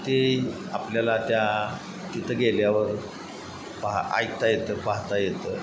ते आपल्याला त्या तिथं गेल्यावर पाहा ऐकता येतं पाहता येतं